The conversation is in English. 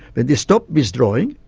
but they stop withdrawing,